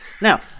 Now